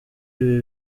ibi